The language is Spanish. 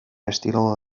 estilo